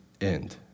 end